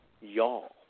y'all